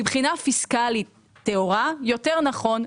מבחינה פיסקלית טהורה יותר נכון,